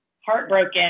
heartbroken